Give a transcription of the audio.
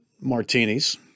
martinis